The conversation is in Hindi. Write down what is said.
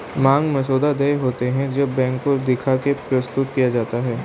मांग मसौदा देय होते हैं जब बैंक को दिखा के प्रस्तुत किया जाता है